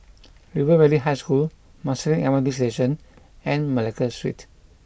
River Valley High School Marsiling M R T Station and Malacca Street